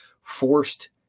forced